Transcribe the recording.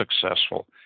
successful